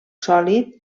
sòlid